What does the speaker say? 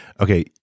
okay